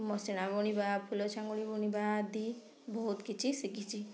ମସିଣା ବୁଣିବା ଫୁଲ ଚାଙ୍ଗୁଡ଼ି ବୁଣିବା ଆଦି ବହୁତ କିଛି ଶିଖିଛି